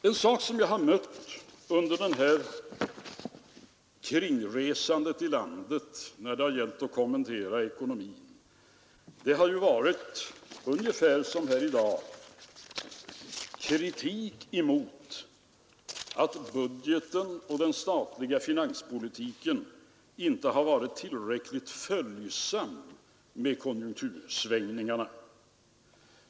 Under mitt kringresande i landet och då det gällt att kommentera ekonomin har jag ofta, ungefär som här i dag, mött kritik för att budgeten och den statliga finanspolitiken inte har varit tillräckligt följsam med konjunktursvängningarna.